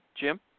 Jim